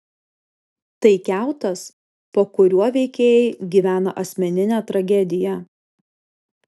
tai kiautas po kuriuo veikėjai gyvena asmeninę tragediją